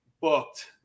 booked